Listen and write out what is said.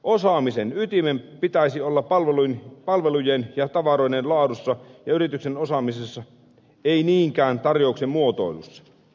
osaamisen ytimen pitäisi olla palvelujen ja tavaroiden laadussa ja yrityksen osaamisessa ei niinkään tarjouksen muotoilussa